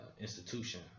institution